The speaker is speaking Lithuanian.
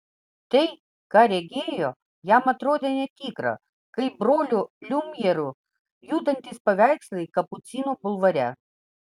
tai ką regėjo jam atrodė netikra kaip brolių liumjerų judantys paveikslai kapucinų bulvare